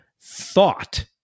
thought